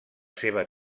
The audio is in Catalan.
seva